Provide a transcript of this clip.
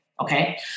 Okay